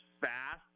fast